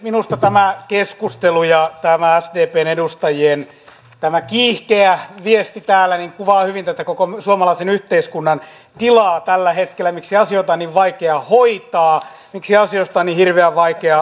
minusta tämä keskustelu ja sdpn edustajien kiihkeä viesti täällä kuvaa hyvin suomalaisen yhteiskunnan tilaa tällä hetkellä sitä miksi asioita on niin vaikea hoitaa miksi asioista on niin hirveän vaikea sopia